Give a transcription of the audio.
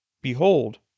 Behold